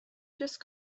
just